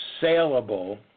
saleable